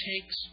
takes